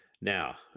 Now